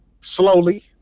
slowly